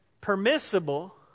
permissible